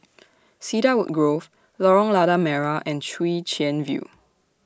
Cedarwood Grove Lorong Lada Merah and Chwee Chian View